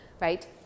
right